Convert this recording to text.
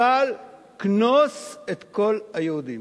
אבל, "כנוס את כל היהודים".